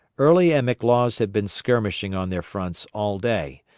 early and mclaws had been skirmishing on their fronts all day,